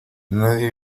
nadie